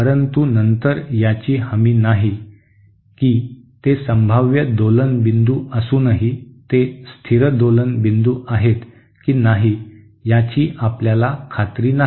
परंतु नंतर याची हमी नाही की ते संभाव्य दोलन बिंदू असूनही ते स्थिर दोलन बिंदू आहेत की नाही याची आपल्याला खात्री नाही